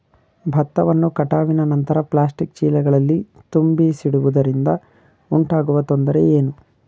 ಭತ್ತವನ್ನು ಕಟಾವಿನ ನಂತರ ಪ್ಲಾಸ್ಟಿಕ್ ಚೀಲಗಳಲ್ಲಿ ತುಂಬಿಸಿಡುವುದರಿಂದ ಉಂಟಾಗುವ ತೊಂದರೆ ಏನು?